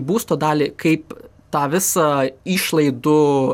būsto dalį kaip tą visą išlaidų